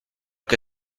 que